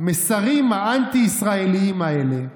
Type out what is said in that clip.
המסרים האנטי-ישראליים האלה,